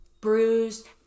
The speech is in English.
bruised